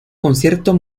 concierto